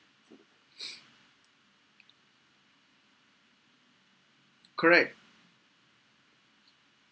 correct